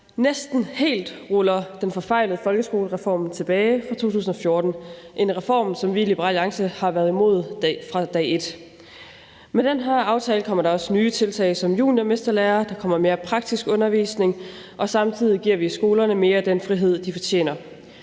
næsten helt ruller den forfejlede folkeskolereform fra 2014 tilbage – en reform, som vi i Liberal Alliance har været imod fra dag et. Med den her aftale kommer der også nye tiltag som juniormesterlære, der kommer mere praktisk undervisning, og samtidig giver vi skolerne mere af den frihed, de fortjener.